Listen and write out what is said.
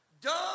dumb